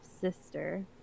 sister